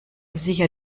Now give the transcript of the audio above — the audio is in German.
sicher